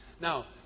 Now